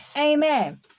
amen